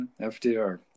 FDR